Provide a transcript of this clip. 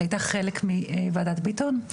שהיתה חלק מוועדת ביטון.